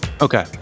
Okay